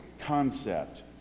concept